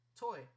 toy